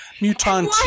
Mutant